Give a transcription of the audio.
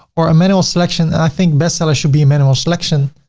or a manual selection and i think bestseller should be a manual selection.